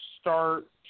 start